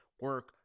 Work